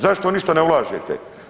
Zašto ništa ne ulažete?